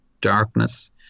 darkness